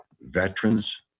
veterans